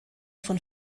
von